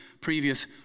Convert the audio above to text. previous